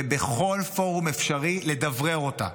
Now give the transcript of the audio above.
ובכל פורום אפשרי לדברר אותה.